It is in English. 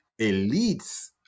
elites